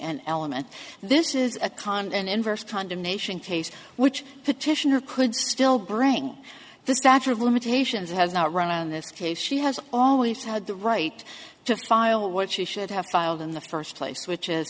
an element this is a con an inverse trying to nation case which petitioner could still bring the statute of limitations has not run on this case she has always had the right to file what she should have filed in the first place which is